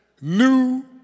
New